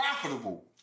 profitable